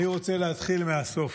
אני רוצה להתחיל מהסוף.